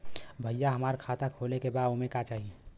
भईया हमार खाता खोले के बा ओमे का चाही?